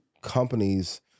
companies